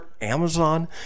Amazon